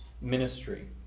ministry